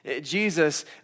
Jesus